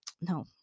no